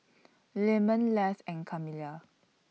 Lemon Les and Camilia